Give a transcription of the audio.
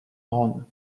braun